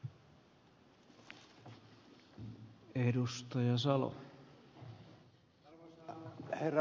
arvoisa herra puhemies